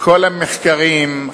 כל המחקרים,